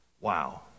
Wow